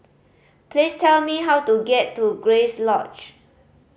please tell me how to get to Grace Lodge